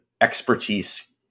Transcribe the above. expertise